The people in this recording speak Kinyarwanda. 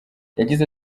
yagize